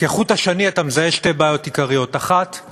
אתה מזהה שתי בעיות עיקריות שעוברות כחוט השני: אחת,